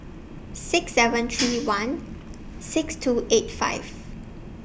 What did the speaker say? six seven three one six two eight five